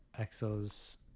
exo's